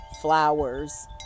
flowers